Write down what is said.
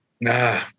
Nah